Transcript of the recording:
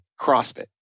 CrossFit